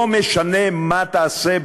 לא משנה מה תעשה,